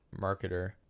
marketer